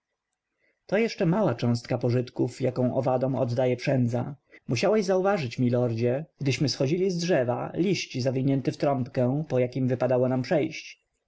to jeszcze mała cząstka pożytków jaką owadom oddaje przędza musiałeś zauważyć milordzie gdyśmy schodzili z drzewa liść zwinięty w trąbkę po jakim wypadło nam przejść